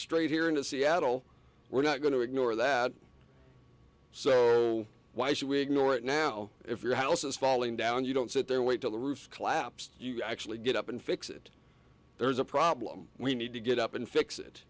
straight here into seattle we're not going to ignore that so why should we ignore it now if your house is falling down you don't sit there wait till the roof collapse you actually get up and fix it there's a problem we need to get up and fix it